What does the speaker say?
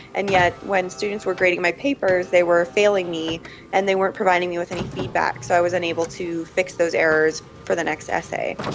and yet when students were grading my papers they were failing me and they weren't providing me with any feedback. so i wasn't able to fix those errors for the next essay.